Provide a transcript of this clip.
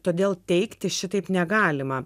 todėl teigti šitaip negalima